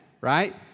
Right